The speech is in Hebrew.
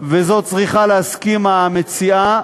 ולזאת צריכה להסכים המציעה,